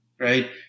right